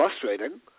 frustrating